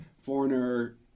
foreigner